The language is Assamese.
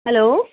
হেল্ল'